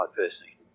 personally